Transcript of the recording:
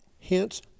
Hence